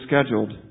scheduled